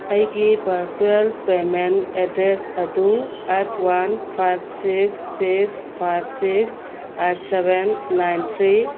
ꯑꯩꯒꯤ virtual payment address ꯑꯗꯨ eight one five six six five six eight seven nine three